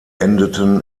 endeten